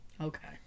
Okay